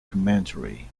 commentary